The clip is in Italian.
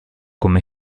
come